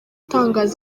itangaza